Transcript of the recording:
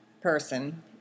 person